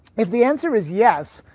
if the answer is yes,